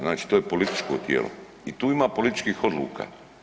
Znači to je političko tijelo i tu ima političkih odluka.